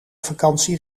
vakantie